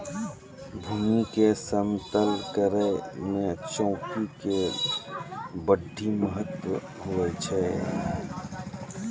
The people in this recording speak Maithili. भूमी के समतल करै मे चौकी के बड्डी महत्व हुवै छै